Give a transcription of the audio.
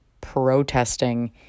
protesting